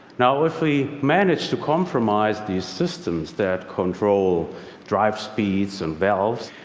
now if we manage to compromise these systems that control drive speeds and valves,